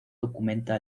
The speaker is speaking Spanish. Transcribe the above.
documenta